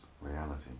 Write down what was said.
reality